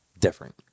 Different